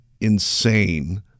insane